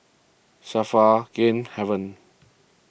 Safra Game Haven